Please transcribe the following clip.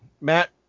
Matt